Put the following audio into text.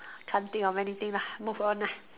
can't think of anything lah move on ah